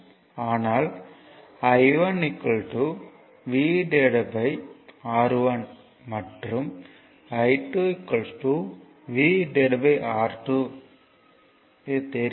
ஆனால் I1 VR1 மற்றும் I2 VR2 இது தெரிந்தது